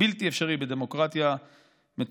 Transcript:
זה בלתי אפשרי בדמוקרטיה מתוקנת.